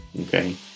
Okay